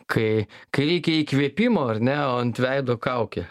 kai kai reikia įkvėpimo ar ne o ant veido kaukė